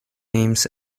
names